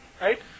right